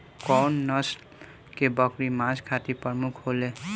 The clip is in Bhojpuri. कउन नस्ल के बकरी मांस खातिर प्रमुख होले?